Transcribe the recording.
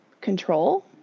control